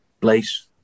place